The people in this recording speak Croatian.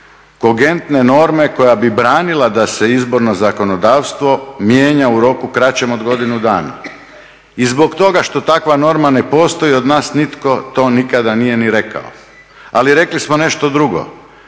postoji … norme koja bi branila da se izborno zakonodavstvo mijenja u roku kraćem od godinu dana i zbog toga što takva norma ne postoji, od nas nitko to nikada nije ni rekao. Ali rekli smo nešto drugo,